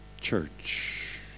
church